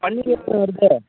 பன்னீர் எவ்வளோண்ண வருது